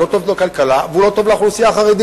הוא לא טוב לכלכלה והוא לא טוב לאוכלוסייה החרדית.